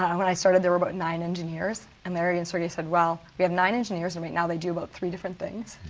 when i started there were about nine engineers and larry and sergey said well, we have nine engineers and right now they do about three different things.